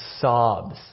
sobs